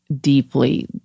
deeply